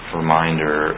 reminder